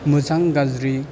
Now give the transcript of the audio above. मोजां गाज्रि